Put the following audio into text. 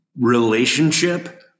relationship